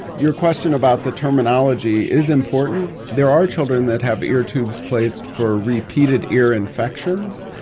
your question about the terminology is important. there are children that have ear tubes placed for repeated ear infections,